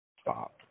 Stop